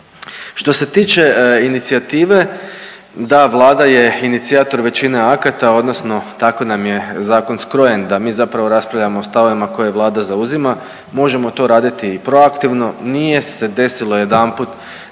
Što se tiče inicijative da Vlada je inicijator većine akata, odnosno tako nam je zakon skrojen da mi zapravo raspravljamo o stavovima koje Vlada zauzima. Možemo to raditi i proaktivno. Nije se desilo jedanput